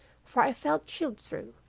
for i felt chilled through.